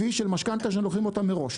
על ה-LTV של משכנתה שלוקחים אותה מראש.